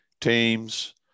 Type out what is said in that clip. teams